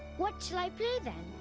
what shall i play, then?